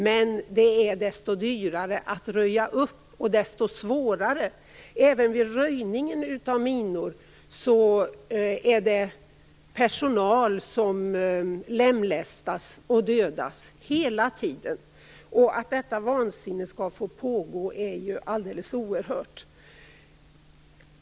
Men de är desto dyrare att röja upp, och desto svårare. Även vid röjning av minor förekommer det hela tiden att personal lemlästas och dödas. Att detta vansinne skall få pågå är alldeles oerhört.